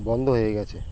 বন্ধ হয়ে গিয়েছে